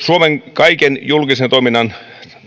suomen kaiken julkisen toiminnan